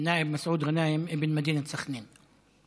מסעוד גנאים, אבן מדינת סח'נין.